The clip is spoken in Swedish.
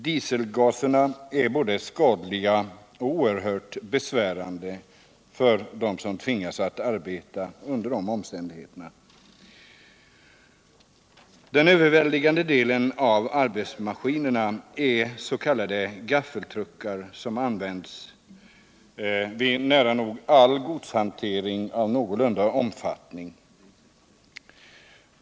Dieselgaserna är både skadliga och oerhört besvärande för dem som tvingas att arbeta i dem. Den överväldigande delen av arbetsmaskinerna är s.k. gaffeltruckar, som används vid nära nog all godshantering av någorlunda stor omfattning.